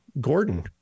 Gordon